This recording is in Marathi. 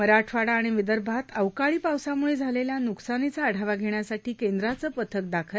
मराठवाडा आणि विदर्भात अवकाळी पावसामुळे झालेल्या नुकसानीचा आढावा घेण्यासाठी केंद्राचं पथक दाखल